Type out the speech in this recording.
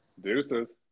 Deuces